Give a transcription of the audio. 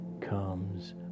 comes